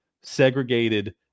segregated